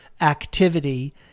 activity